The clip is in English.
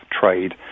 trade